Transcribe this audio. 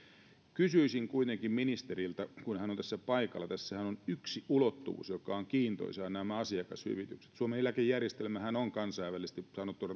kysyisin kuitenkin ministeriltä kun hän on tässä paikalla tässähän on yksi ulottuvuus joka on kiintoisa nämä asiakashyvitykset suomen eläkejärjestelmähän on kuten sanottu kansainvälisesti rahoituksellisesti